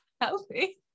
healthy